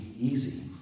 easy